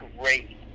great